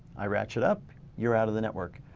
i ratchet up, you're out of the network.